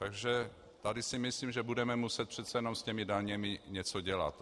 Takže tady si myslím, že budeme muset přece jenom s těmi daněmi něco dělat.